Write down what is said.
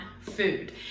Food